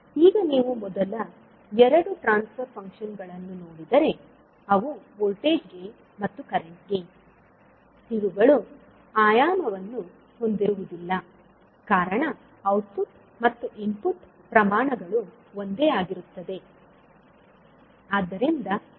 ಈಗ ನೀವು ಮೊದಲ ಎರಡು ಟ್ರಾನ್ಸ್ ಫರ್ ಫಂಕ್ಷನ್ ಗಳನ್ನು ನೋಡಿದರೆ ಅವು ವೋಲ್ಟೇಜ್ ಗೇನ್ ಮತ್ತು ಕರೆಂಟ್ ಗೇನ್ ಇವುಗಳು ಆಯಾಮವನ್ನು ಹೊಂದಿರುವುದಿಲ್ಲ ಕಾರಣ ಔಟ್ಪುಟ್ ಮತ್ತು ಇನ್ಪುಟ್ ಪ್ರಮಾಣಗಳು ಒಂದೇ ಆಗಿರುತ್ತವೆ